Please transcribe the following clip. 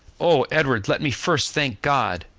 oh, edward, let me first thank god!